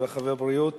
הרווחה והבריאות